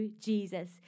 Jesus